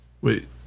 wait